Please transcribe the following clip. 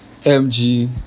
mg